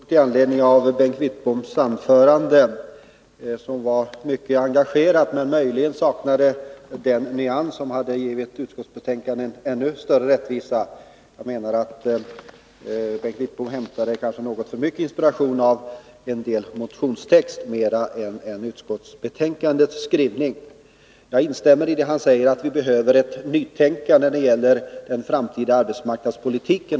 Herr talman! Bara en liten synpunkt i all korthet med anledning av Bengt Wittboms anförande, som var mycket engagerat men möjligen saknade en nyansering som hade gjort utskottsbetänkandet större rättvisa. Jag menar att Bengt Wittbom hämtade något för mycket inspiration ur en del motioner och något för litet ur utskottsbetänkandet. Jag instämmer med Bengt Wittbom i att vi behöver ett nytänkande när det gäller den framtida arbetsmarknadspolitiken.